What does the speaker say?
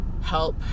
help